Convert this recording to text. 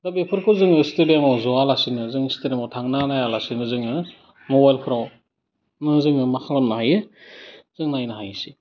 दा बेफोरखौ जोङो स्टेडियामआव जयालासिनो जों स्टेडियामआव थांना नायालासिनो जोङो मबाइलफोराव जोङो मा खालामनो हायो जों नायनो हायोसै